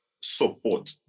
support